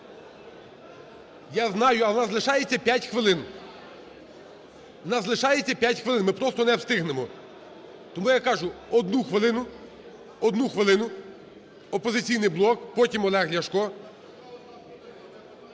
В нас залишається 5 хвилин, ми просто не встигнемо. Тому я кажу, одну хвилину, одну хвилину "Опозиційний блок", потім – Олег Ляшко.